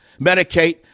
medicate